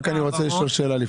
לפני כן אני רוצה לשאול שאלה: